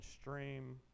stream